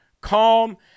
calm